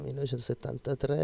1973